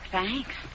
Thanks